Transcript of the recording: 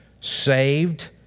saved